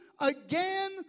again